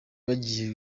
bagiye